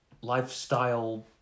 lifestyle